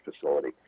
facility